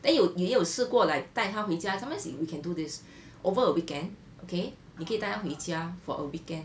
then 有有没有试过 like 带她回家 sometimes you we can do this over a weekend okay 你可以带回家 for a weekend